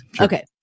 Okay